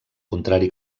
contrari